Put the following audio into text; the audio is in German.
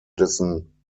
dessen